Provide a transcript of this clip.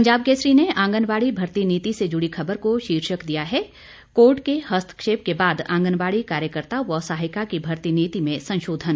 पंजाब केसरी ने आंगनाबड़ी भर्ती नीति से जुड़ी खबर को शीर्षक दिया है कोर्ट के हस्तक्षेप के बाद आंगनबाड़ी कार्यकर्ता व सहायिका की भर्ती नीति में संशोधन